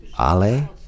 Ale